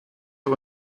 für